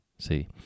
See